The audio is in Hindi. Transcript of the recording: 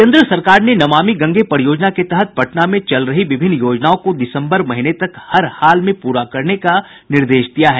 केन्द्र सरकार ने नमामि गंगे परियोजना के तहत पटना में चल रही विभिन्न योजनाओं को दिसम्बर महीने तक हर हाल में पूरा करने का निर्देश दिया है